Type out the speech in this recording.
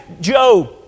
Job